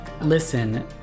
Listen